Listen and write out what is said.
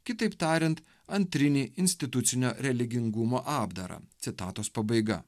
kitaip tariant antrinį institucinio religingumo apdarą citatos pabaiga